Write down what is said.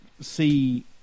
see